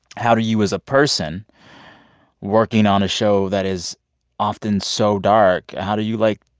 how do you as a person working on a show that is often so dark, how do you, like,